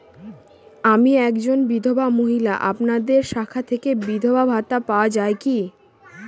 আমি একজন বিধবা মহিলা আপনাদের শাখা থেকে বিধবা ভাতা পাওয়া যায় কি?